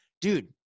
dude